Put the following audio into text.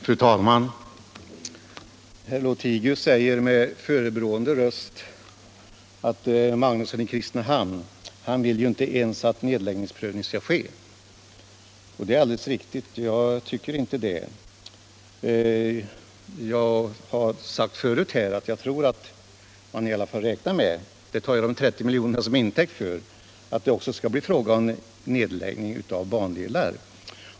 Fru talman! Herr Lothigius säger med förebrående röst att ”herr Magnusson i Kristinehamn vill inte ens att nedläggningsprövning skall ske”. Det är alldeles riktigt, det vill jag inte. Jag har tidigare sagt att jag tror att man räknar med — det tar jag de 30 miljonerna till intäkt för — att det skall bli fråga om nedläggning av bandelar.